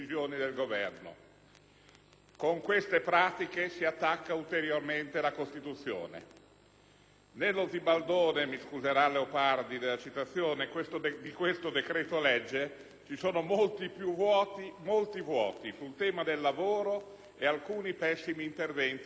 Con queste pratiche si attacca ulteriormente la Costituzione. Nello zibaldone - mi scuserà Leopardi per la citazione - di questo decreto-legge ci sono molti vuoti sul tema del lavoro e alcuni pessimi interventi sul medesimo tema.